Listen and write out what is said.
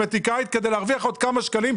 כדי להרוויח עוד כמה שקלים,